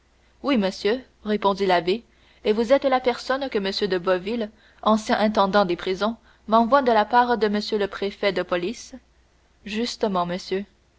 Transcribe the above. oui monsieur répondit l'abbé et vous êtes la personne que m de boville ancien intendant des prisons m'envoie de la part de m le préfet de police justement monsieur